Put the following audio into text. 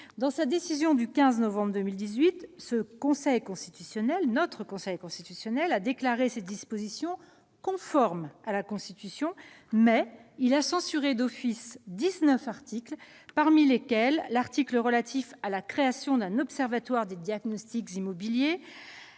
Dans sa décision du 15 novembre 2018, le Conseil constitutionnel a déclaré ces dispositions conformes à la Constitution, mais il a censuré d'office dix-neuf articles, parmi lesquels l'article relatif à la création d'un observatoire des diagnostics immobiliers,